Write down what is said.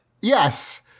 Yes